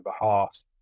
behalf